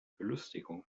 belustigung